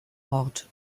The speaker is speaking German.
ort